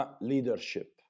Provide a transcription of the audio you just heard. leadership